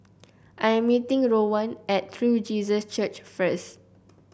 I am meeting Rowan at True Jesus Church first